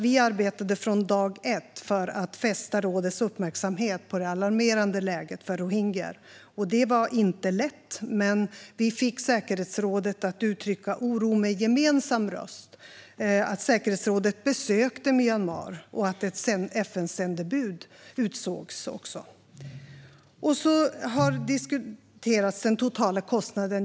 Vi arbetade från dag ett för att fästa rådets uppmärksamhet på det alarmerande läget för rohingyer. Det var inte lätt, men vi fick säkerhetsrådet att uttrycka oro med en gemensam röst. Säkerhetsrådet besökte dessutom Myanmar, och ett FN-sändebud utsågs. Den totala kostnaden har diskuterats.